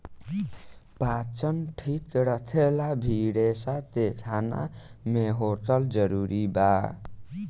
पाचन ठीक रखेला भी रेसा के खाना मे होखल जरूरी बा